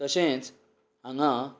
तशेंच हांगा